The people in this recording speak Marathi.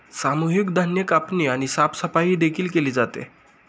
सामूहिक धान्य कापणी आणि साफसफाई देखील केली जाते